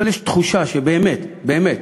אבל יש תחושה שבאמת באמת